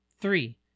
Three